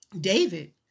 David